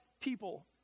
people